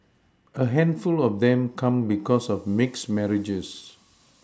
a handful of them come because of mixed marriages